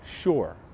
sure